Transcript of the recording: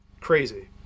crazy